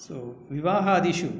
सो विवाहादिषु